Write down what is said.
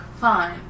fine